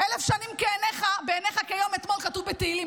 "אלף שנים בעיניך כיום אתמול", כתוב בתהילים.